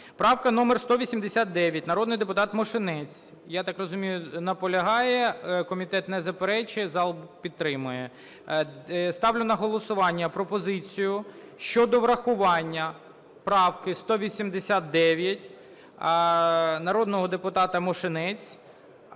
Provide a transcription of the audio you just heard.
Правка номер 189, народний депутат Мошенець. Я так розумію, наполягає. Комітет не заперечує, зал підтримує. Ставлю на голосування пропозицію щодо врахування правки 189 народного депутата Мошенець.